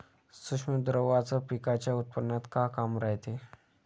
सूक्ष्म द्रव्याचं पिकाच्या उत्पन्नात का काम रायते?